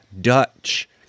Dutch